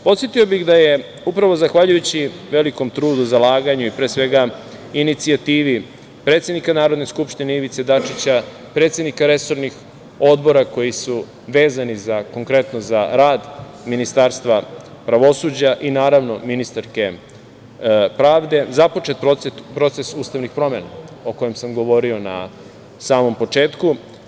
Podsetio bih da je upravo zahvaljujući velikom trudu, zalaganju i, pre svega, inicijativi predsednika Narodne skupštine Ivice Dačića, predsednika resornih odbora koji su vezani konkretno za rad Ministarstva pravosuđa i, naravno, ministarke pravde, započet proces ustavnih promena o kojima sam govorio na samom početku.